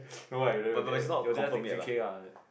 no lah you dad you dad just take three K lah